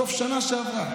שבסוף השנה שעברה,